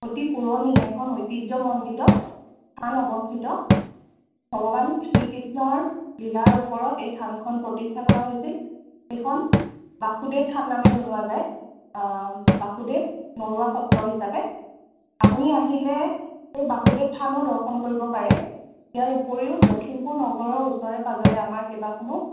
অতি পুৰণি এখন ঐতিহ্যমণ্ডিত থান অৱস্থিত ভগৱান শ্ৰীকৃষ্ণৰ লীলাৰ ওপৰত এই থানখন প্ৰতিষ্ঠা কৰা হৈছে এইখন বাসুদেৱ থান নামেৰে জনোৱা যায় বাসুদেৱ নৰোৱা সত্ৰ হিচাপে আপুনি আহিলে এই বাসুদেৱ থানো দৰ্শন কৰিব পাৰে ইয়াৰ উপৰিও লখিমপুৰ নগৰৰ ওচৰে পাঁজৰে আমাৰ কেইবাখনো